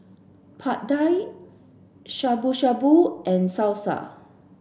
Pad Thai Shabu Shabu and Salsa